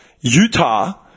Utah